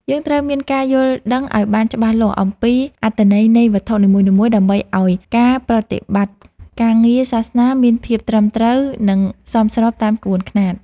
យើងត្រូវមានការយល់ដឹងឱ្យបានច្បាស់លាស់អំពីអត្ថន័យនៃវត្ថុនីមួយៗ ដើម្បីឱ្យការប្រតិបត្តិការងារសាសនាមានភាពត្រឹមត្រូវ និងសមស្របតាមក្បួនខ្នាត។